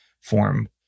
form